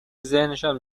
ذهنشان